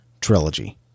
Trilogy